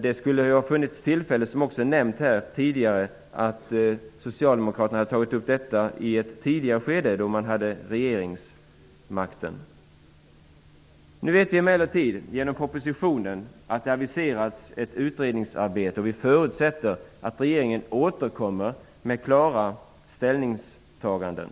Det fanns tillfälle för socialdemokraterna att ta upp frågan i ett tidigare skede, då man hade regeringsmakten. Nu vet vi emellertid genom propositionen att det aviserats ett utredningsarbete. Vi förutsätter att regeringen återkommer med klara ställningstaganden.